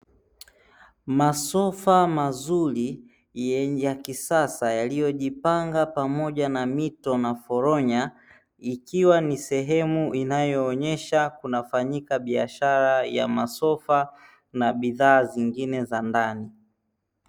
Masofa mazuri ya kisasa yaliyojipanga pamoja na mito na foronya, ikiwa ni sehemu inayoonesha kunafanyika biashara ya masofa na bidhaa zingine za ndani.